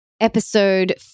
Episode